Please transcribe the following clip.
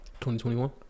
2021